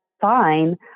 fine